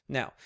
Now